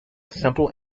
simple